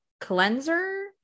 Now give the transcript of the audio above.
cleanser